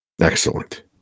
Excellent